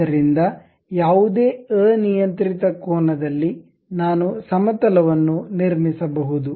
ಆದ್ದರಿಂದ ಯಾವುದೇ ಅನಿಯಂತ್ರಿತ ಕೋನದಲ್ಲಿ ನಾನು ಸಮತಲವನ್ನು ನಿರ್ಮಿಸಬಹುದು